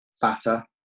fatter